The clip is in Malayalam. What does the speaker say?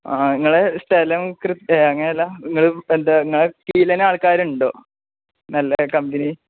ആ നിങ്ങളുടെ സ്ഥലം അങ്ങനെയല്ല നിങ്ങള് എന്താണ് നിങ്ങളുടെ കീഴില്ത്തന്നെ ആൾക്കാരുണ്ടോ നല്ല കമ്പനി